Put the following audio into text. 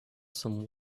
some